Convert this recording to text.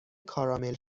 کارامل